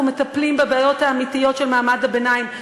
מטפלים בבעיות האמיתיות של מעמד הביניים,